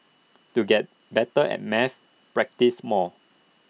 to get better at maths practise more